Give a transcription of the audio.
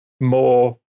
more